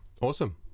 awesome